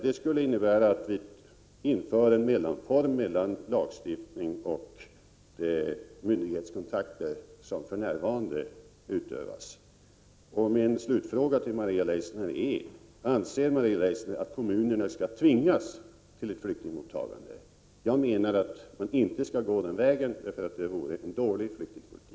Det skulle nämligen innebära en avvikelse från lagstiftningens krav på de myndighetskontakter som förekommer, en mellanform. Min slutfråga till Maria Leissner: Anser Maria Leissner att kommunerna skall tvingas till ett flyktingmottagande? Jag menar att man inte skall gå den vägen — det skulle vara en dålig flyktingpolitik.